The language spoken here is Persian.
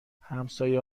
همسایه